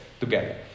together